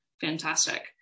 fantastic